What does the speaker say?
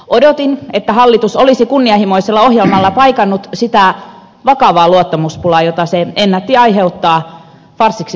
odotin että hallitus olisi kunnianhimoisella ohjelmalla paikannut sitä vakavaa luottamuspulaa jota se ennätti aiheuttaa farssiksi kääntyneiden hallitusneuvotteluiden aikana